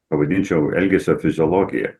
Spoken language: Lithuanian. pavadinčiau elgesio fiziologija